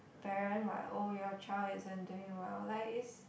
parent what oh your child isn't doing well like is